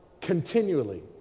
continually